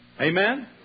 Amen